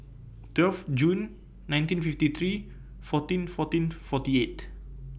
twelve June nineteen fifty three fourteen fourteen forty eight